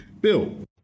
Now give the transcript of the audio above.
bill